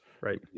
Right